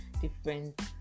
different